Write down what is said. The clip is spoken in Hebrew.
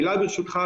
מילה, ברשותך,